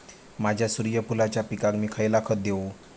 माझ्या सूर्यफुलाच्या पिकाक मी खयला खत देवू?